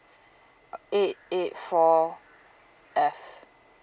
uh eight eight four F